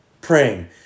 praying